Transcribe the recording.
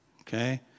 okay